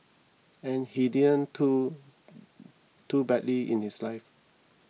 and he didn't too too badly in his life